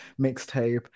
mixtape